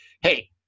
Hey